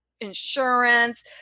insurance